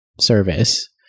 service